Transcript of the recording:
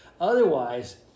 Otherwise